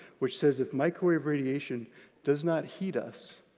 which says if microwave radiation does not heat us,